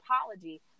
apology